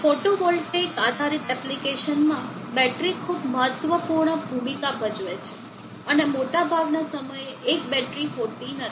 photovoltaic આધારિત એપ્લિકેશનમાં battery ખૂબ મહત્વપૂર્ણ ભૂમિકા ભજવે છે અને મોટાભાગના સમયે એક બેટરી હોતી નથી